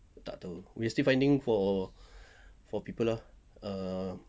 tak tahu we still finding for for people lor um